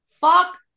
Fuck